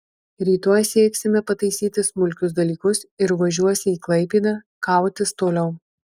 rytoj sieksime pataisyti smulkius dalykus ir važiuosi į klaipėdą kautis toliau